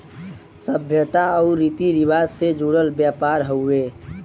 सभ्यता आउर रीती रिवाज से जुड़ल व्यापार हउवे